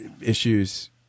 issues